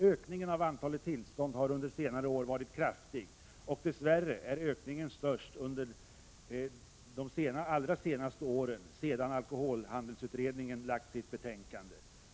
Ökningen av antalet tillstånd har under senare år varit kraftig och dess värre är ökningen störst under de allra senaste åren, sedan alkoholhandelsutredningen lagt sitt betänkande.